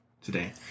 today